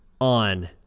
on